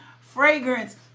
fragrance